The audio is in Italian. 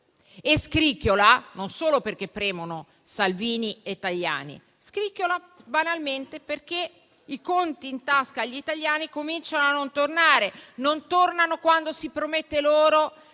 e scricchiola non solo perché premono Salvini e Tajani, ma banalmente perché i conti in tasca agli italiani cominciano a non tornare: non tornano quando si promette loro